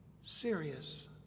serious